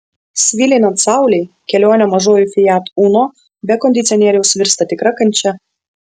svilinant saulei kelionė mažuoju fiat uno be kondicionieriaus virsta tikra kančia